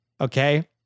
Okay